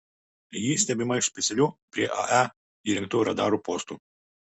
ji stebima iš specialių prie ae įrengtų radarų postų